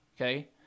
Okay